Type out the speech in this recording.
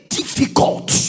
difficult